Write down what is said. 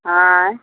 आयँ